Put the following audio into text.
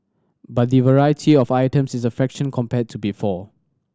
but the variety of items is a fraction compared to before